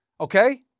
Okay